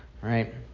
right